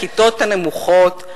לכיתות הנמוכות,